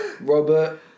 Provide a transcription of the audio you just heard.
Robert